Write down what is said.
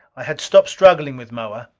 i had stopped struggling with moa.